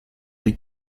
dei